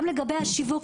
גם לגבי השיווק.